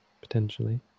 potentially